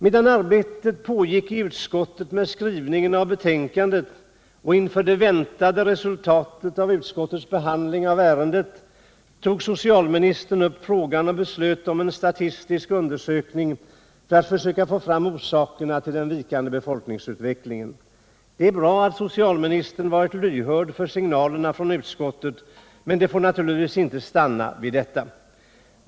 Medan arbetet pågick i utskottet med skrivningen av betänkandet och inför det väntade resultatet av utskottets behandling av ärendet tog socialministern upp frågan och beslöt om en statistisk undersökning för att försöka få fram orsakerna till den vikande befolkningsutvecklingen. Det är bra att socialministern varit lyhörd för signalerna från utskottet, men det får naturligtvis inte stanna vid detta.